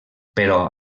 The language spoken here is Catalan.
però